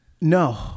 No